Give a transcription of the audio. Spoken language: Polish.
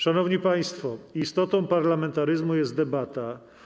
Szanowni państwo, istotą parlamentaryzmu jest debata.